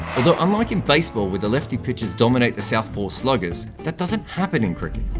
although unlike in baseball where the lefty pitchers dominate the southpaw sluggers, that doesn't happen in cricket.